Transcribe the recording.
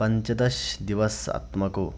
पञ्चदशदिवसात्मको